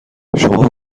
شما